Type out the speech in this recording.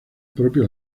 propio